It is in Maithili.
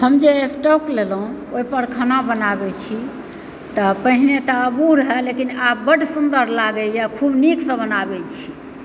हम जे स्टोव लेलहुँ ओहिपर खाना बनाबय छी तऽ पहिने तऽ अबूह रहय लेकिन आब बड्ड सुन्दर लागैए खूब नीकसँ बनाबय छी